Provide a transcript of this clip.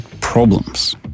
problems